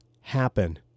happen